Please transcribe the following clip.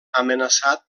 amenaçat